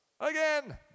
Again